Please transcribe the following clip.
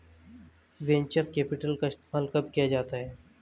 Venture capital का इस्तेमाल कब किया जाता है?